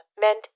meant